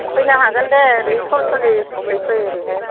फैनो हागोन दे ओरै सल सलिजों फै ओरैहाय